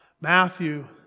Matthew